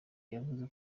yavuze